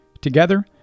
Together